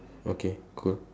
okay cool